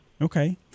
Okay